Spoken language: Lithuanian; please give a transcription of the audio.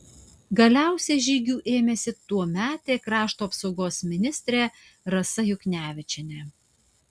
galiausiai žygių ėmėsi tuometė krašto apsaugos ministrė rasa juknevičienė